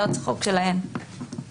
לנו,